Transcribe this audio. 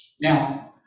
now